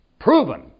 proven